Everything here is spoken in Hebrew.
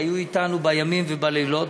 שהיו אתנו בימים ובלילות,